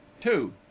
two